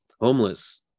homeless